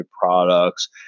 products